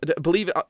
Believe